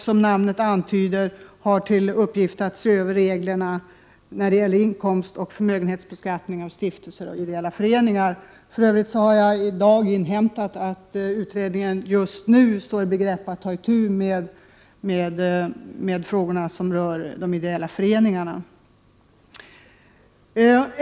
Som namnet antyder har den till uppgift att se över reglerna när det gäller inkomstoch förmögenhetsbeskattning av stiftelser och ideella föreningar. För övrigt har jagi dag inhämtat att utredningen just nu står i begrepp att ta itu med frågor som rör de ideella föreningarna.